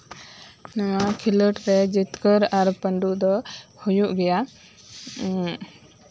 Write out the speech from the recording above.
ᱱᱚᱣᱟ ᱠᱷᱮᱞᱳᱰᱨᱮ ᱡᱤᱛᱠᱟᱹᱨ ᱟᱨ ᱯᱟᱹᱰᱩ ᱫᱚ ᱦᱩᱭᱩᱜ ᱜᱮᱭᱟ ᱦᱮᱸ